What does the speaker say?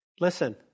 Listen